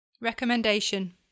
Recommendation